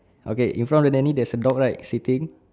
okay in front of the nanny there's a dog right sitting